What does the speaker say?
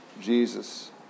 Jesus